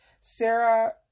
Sarah